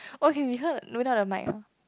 oh can be heard without the mic uh